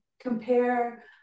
compare